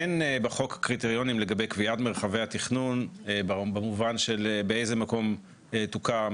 אין בחוק קריטריונים לגבי קביעת מרחבי התכנון במובן של באיזה מקום יוקם